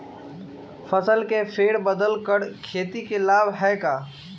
फसल के फेर बदल कर खेती के लाभ है का?